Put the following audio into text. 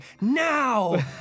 now